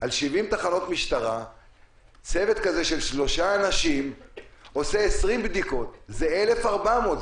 על 70 תחנות משטרה צוות כזה של שלושה אנשים עושה 20 בדיקות זה 1,400,